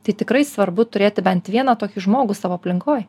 tai tikrai svarbu turėti bent vieną tokį žmogų savo aplinkoj